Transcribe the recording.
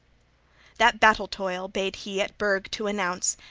that battle-toil bade he at burg to announce,